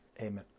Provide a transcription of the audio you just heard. amen